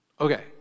Okay